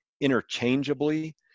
interchangeably